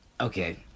okay